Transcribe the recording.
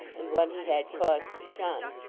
and one he had cause to shun,